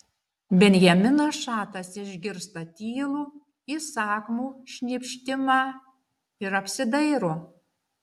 benjaminas šatas išgirsta tylų įsakmų šnypštimą ir apsidairo